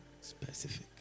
Specific